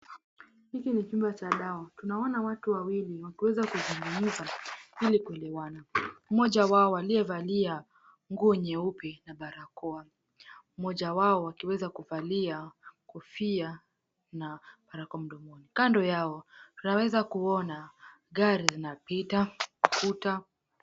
Hiki ni chumba cha dawa. Tunaona watu wawili wakiweza kuzungumza ili kuelewana. Mmoja wao aliyevaa nguo nyeupe na barakoa. Mmoja wao wakiweza kuvalia kofia na barakoa mdomoni. Kando yao tunaweza kuona gari linapita, futa.